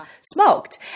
smoked